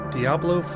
Diablo